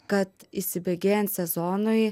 kad įsibėgėjant sezonui